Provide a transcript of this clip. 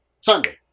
Sunday